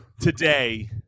Today